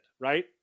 right